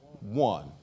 One